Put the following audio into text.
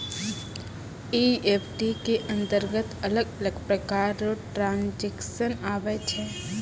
EFT के अंतरगत अलग अलग प्रकार रो ट्रांजेक्शन आवै छै